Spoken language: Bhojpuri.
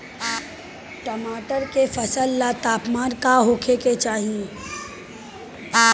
टमाटर के फसल ला तापमान का होखे के चाही?